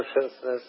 consciousness